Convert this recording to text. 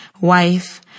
wife